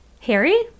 harry